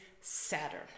Saturn